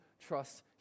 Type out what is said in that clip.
trust